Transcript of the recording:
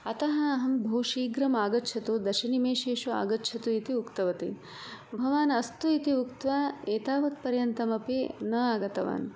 अतः अहं बहु शीघ्रम् आगच्छतु दशनिमेशेषु आगच्छतु इति उक्तवती भवान् अस्तु इति उक्तवा एतावत् पर्यन्तमपि न आगतवान्